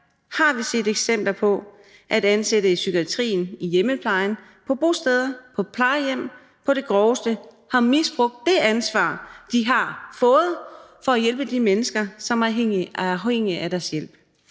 har vi set eksempler på, at ansatte i psykiatrien, i hjemmeplejen, på bosteder og på plejehjem på det groveste har misbrugt det ansvar, de har fået for at hjælpe de mennesker, som er afhængige af deres hjælp,